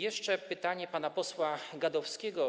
Jeszcze pytanie pana posła Gadowskiego.